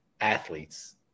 athletes